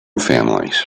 families